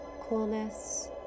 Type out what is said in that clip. coolness